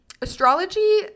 Astrology